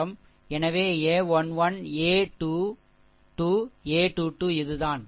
எனவே a 1 1 a 2 2 a 2 2 இதுதான்